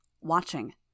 watching